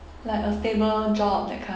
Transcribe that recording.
like a stable job that kind